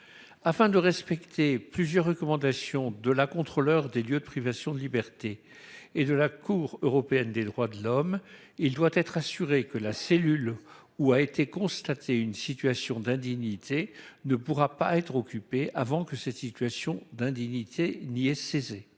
Afin de respecter plusieurs recommandations de la Contrôleure générale des lieux de privation de liberté et de la Cour européenne des droits de l'homme, il doit être assuré que la cellule où a été constatée une situation d'indignité ne pourra pas être occupée avant que cette situation n'y ait cessé.